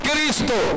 Cristo